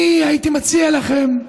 אני הייתי מציע לכם,